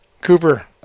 Cooper